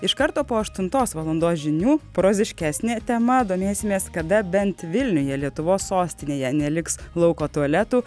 iš karto po aštuntos valandos žinių proziškesnė tema domėsimės kada bent vilniuje lietuvos sostinėje neliks lauko tualetų